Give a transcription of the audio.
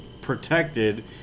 protected